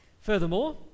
Furthermore